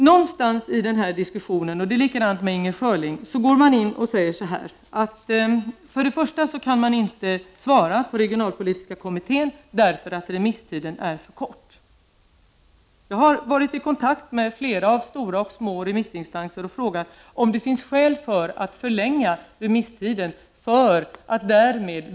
Det påstås i den här diskussionen, bl.a. av Inger Schörling, att man inte kan svara på remissen på den regionalpolitiska kommitténs betänkande, därför att remisstiden är för kort. Jag har varit i kontakt med flera stora och små remissinstanser och frågat om det finns skäl att förlänga remisstiden.